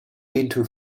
into